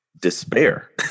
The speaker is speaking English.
Despair